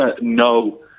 No